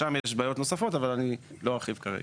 שם יש בעיות נוספות, אבל אני לא ארחיב כרגע.